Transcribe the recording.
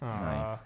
Nice